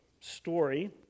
story